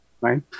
right